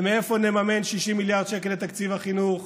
מאיפה נממן 60 מיליארד שקל לתקציב החינוך?